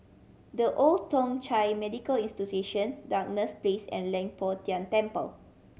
The Old Thong Chai Medical Institution Duchess Place and Leng Poh Tian Temple